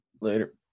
Later